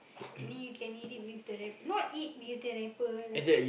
and then you can eat it with the wrap not eat with the wrapper like